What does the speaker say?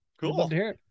Cool